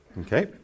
Okay